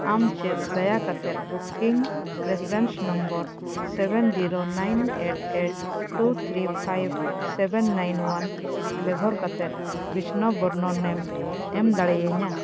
ᱟᱢ ᱪᱮᱫ ᱫᱟᱭᱟ ᱠᱟᱛᱮᱫ booking reference number seven zero nine eight eight two three five seven nine ᱚᱣᱟᱱ ᱵᱮᱵᱚᱦᱟᱨ ᱠᱟᱛᱮᱫ ᱵᱤᱥᱱᱚ ᱵᱚᱨᱱᱚᱱᱮᱢ ᱮᱢ ᱫᱟᱲᱮᱭᱤᱧᱟ